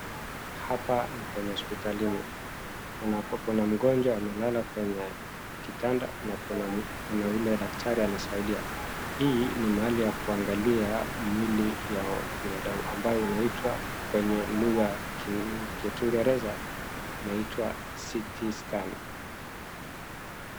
Hapa ni kwenye hospitalini. Ambapo kuna mgonjwa amelala kwenye kitanda na kuna ule daktari anasaidia. Hii ni mahali ya kuangalia mwili ya binadamu ambayo inaitwa kwenye lugha ya kingereza inaitwa ct scan .